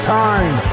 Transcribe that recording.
time